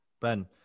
Ben